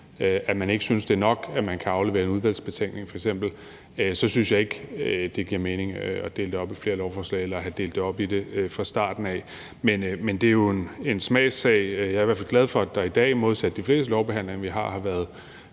man ikke synes, det er nok, at man f.eks. kan aflevere en udvalgsbetænkning, så synes jeg ikke, det giver mening at dele det op i flere lovforslag eller at have delt det op fra starten af. Men det er jo en smagssag. Jeg er i hvert fald glad for, at det, så vidt jeg kan konstatere, er sådan